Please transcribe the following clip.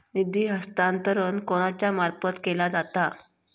निधी हस्तांतरण कोणाच्या मार्फत केला जाता?